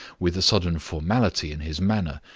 with a sudden formality in his manner,